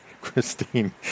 Christine